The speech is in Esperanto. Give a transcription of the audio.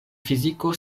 fiziko